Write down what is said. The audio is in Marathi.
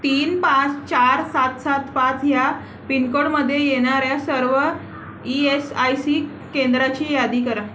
तीन पाच चार सात सात पाच ह्या पिनकोडमध्ये येणाऱ्या सर्व ई एस आय सी केंद्राची यादी करा